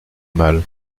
mal